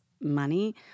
money